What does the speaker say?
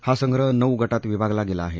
हा संग्रह नऊ गात विभागला गेला आहे